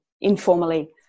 informally